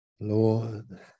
Lord